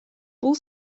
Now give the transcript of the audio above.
бул